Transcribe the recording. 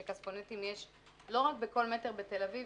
שכספונטים יש לא רק בכל מטר בתל-אביב,